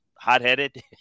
hot-headed